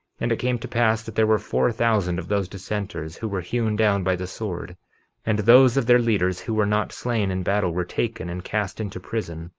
and it came to pass that there were four thousand of those dissenters who were hewn down by the sword and those of their leaders who were not slain in battle were taken and cast into prison,